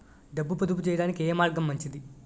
డబ్బు పొదుపు చేయటానికి ఏ మార్గం మంచిది?